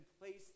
placed